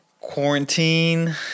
quarantine